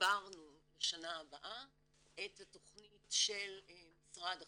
תגברנו לשנה הבאה את התכנית של משרד החינוך,